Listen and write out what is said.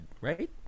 right